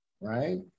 Right